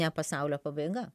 ne pasaulio pabaiga